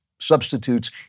substitutes